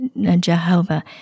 Jehovah